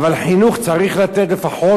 אבל חינוך צריך לתת לפחות.